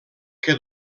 que